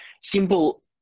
Simple